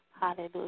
Hallelujah